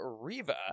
Riva